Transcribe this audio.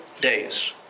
days